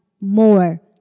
more